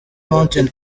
mountain